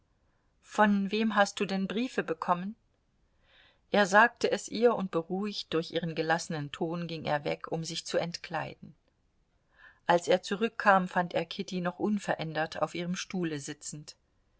von wem hast du denn briefe bekommen er sagte es ihr und beruhigt durch ihren gelassenen ton ging er weg um sich zu entkleiden als er zurückkam fand er kitty noch unverändert auf ihrem stuhle sitzend